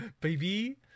baby